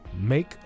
make